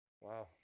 Wow